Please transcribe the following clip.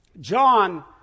John